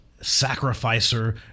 sacrificer